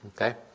Okay